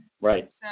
Right